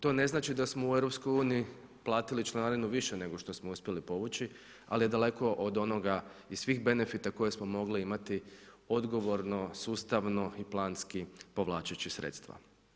To ne znači da smo u EU platili članarinu više nego što smo uspjeli povući, ali je daleko od onoga i svih benefita koje smo mogli imati odgovorno, sustavno i planski povlačeći sredstva.